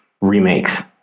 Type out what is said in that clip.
remakes